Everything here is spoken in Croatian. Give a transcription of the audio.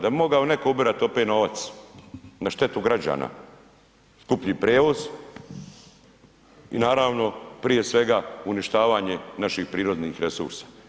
Da bi mogao netko ubirat opet novac na štetu građana, skuplji prijevoz i naravno prije svega uništavanje naših prirodnih resursa.